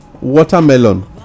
watermelon